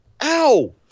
Ow